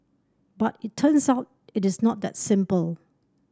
but it turns out it is not that simple